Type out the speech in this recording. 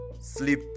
sleep